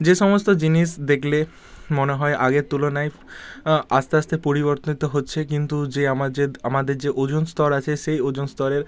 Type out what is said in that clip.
যে সমস্ত জিনিস দেখলে মনে হয় আগের তুলনায় আসতে আসতে পরিবর্তিত হচ্ছে কিন্তু যে আমাদজের আমাদের যে ওজন স্তর আছে সেই ওজন স্তরের